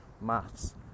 maths